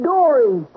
Dory